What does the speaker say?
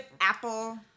apple